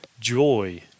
joy